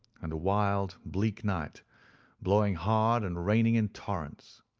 and a wild, bleak night blowing hard and raining in torrents.